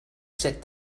sit